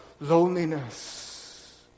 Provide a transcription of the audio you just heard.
loneliness